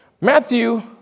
Matthew